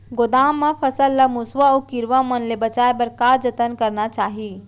गोदाम मा फसल ला मुसवा अऊ कीरवा मन ले बचाये बर का जतन करना चाही?